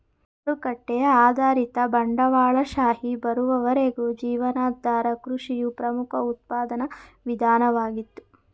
ಮಾರುಕಟ್ಟೆ ಆಧಾರಿತ ಬಂಡವಾಳಶಾಹಿ ಬರುವವರೆಗೂ ಜೀವನಾಧಾರ ಕೃಷಿಯು ಪ್ರಮುಖ ಉತ್ಪಾದನಾ ವಿಧಾನವಾಗಿತ್ತು